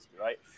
right